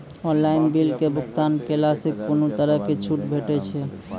Online बिलक भुगतान केलासॅ कुनू तरहक छूट भेटै छै?